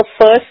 first